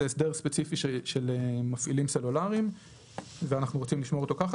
זה הסדר ספציפי של מפעילים סלולריים ואנחנו רוצים לשמור אותו ככה,